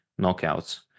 knockouts